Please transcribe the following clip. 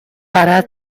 para